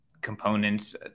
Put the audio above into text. components